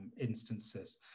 instances